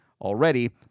already